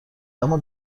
اما